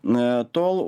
na tol